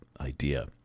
idea